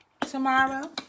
tomorrow